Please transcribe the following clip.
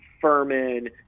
Furman